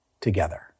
together